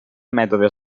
mètodes